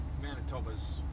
manitoba's